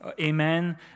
amen